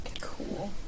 Cool